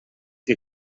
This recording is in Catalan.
que